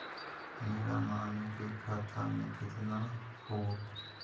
मेरा मामी के खाता में कितना हूउ?